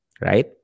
Right